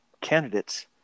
candidates